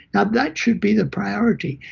now, that should be the priority,